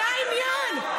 זה העניין.